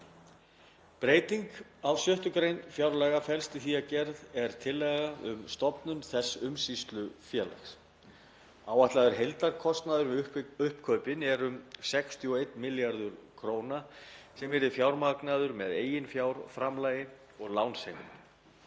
Breyting á 6. gr. fjárlaga felst í því að gerð er tillaga um stofnun þessa umsýslufélags. Áætlaður heildarkostnaður við uppkaupin er um 61 milljarð kr. sem yrði fjármagnaður með eiginfjárframlagi og lánsheimildum.